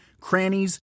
crannies